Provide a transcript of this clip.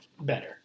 better